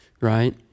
right